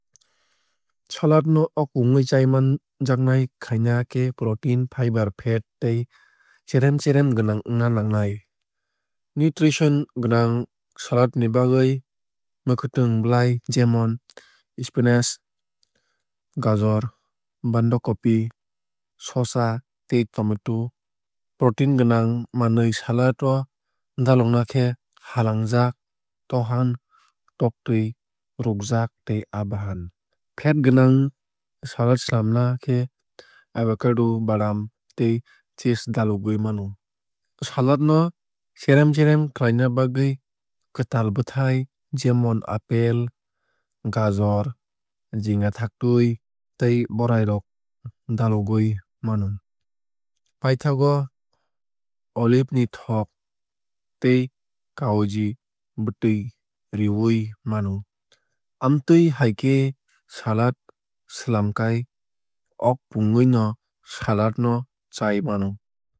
Salad no opungwui chai manjaknai khaina khe protein fiber fat tei cherem cherem gwnang wngna nangnai. Nutrition gwnang salad ni bagwui mwkhwtwng blai jemon spinach gajor bandacopi sosa tei tomato. Protein gwnang manwui salad o dalogna khe halangjak tohan tokttui rukjak tei aa bahan. Fat gwnang salad swlamna khe avacado badam tei cheese daolgwui mano. Salad no cherem cherem khlaina bagwui kwtal bwthai jemon apple gajor jingathaktwui tei borai rok dalogwui mano. Piathago olive ni thok tei kaoji bwtwui rwiwui mano. Amtwui hai khe salad swlamkhai opungwui no salad no chai mano.